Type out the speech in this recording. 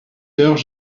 heures